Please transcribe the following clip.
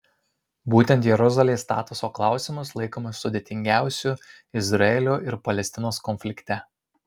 būtent jeruzalės statuso klausimas laikomas sudėtingiausiu izraelio ir palestinos konflikte